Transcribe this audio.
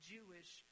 Jewish